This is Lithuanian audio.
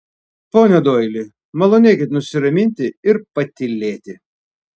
pone doili malonėkit nusiraminti ir patylėti